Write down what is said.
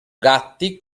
gatti